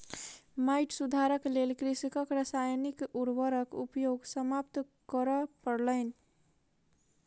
माइट सुधारक लेल कृषकक रासायनिक उर्वरक उपयोग समाप्त करअ पड़लैन